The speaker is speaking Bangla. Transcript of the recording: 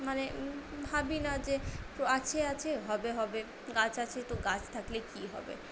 মানে ভাবি না যে আছে আছে হবে হবে গাছ আছে তো গাছ থাকলে কী হবে